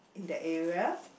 in that area